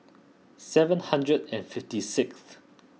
seven hundred and fifty sixth